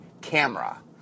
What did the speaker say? Camera